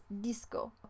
disco